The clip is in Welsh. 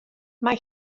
mae